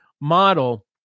model